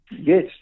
Yes